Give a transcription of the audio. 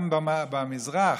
גם במזרח,